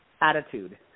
attitude